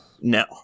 No